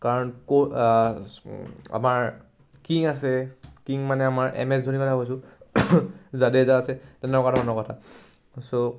কাৰণ আমাৰ কিং আছে কিং মানে আমাৰ এম এছ ধনীৰ কথা কৈছোঁ জাদেজা আছে তেনেকুৱা ধৰণৰ কথা চ'